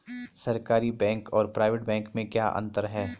सरकारी बैंक और private bank में क्या क्या अंतर हैं?